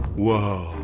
whoa,